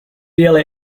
beale